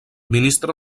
ministre